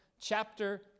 chapter